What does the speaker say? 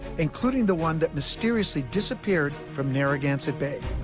including the one that mysteriously disappeared from narragansett bay.